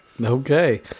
Okay